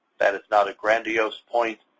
that is not a grandiose point.